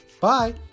Bye